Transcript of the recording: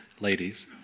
ladies